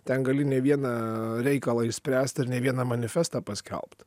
ten gali ne vieną reikalą išspręsti ir ne vieną manifestą paskelbt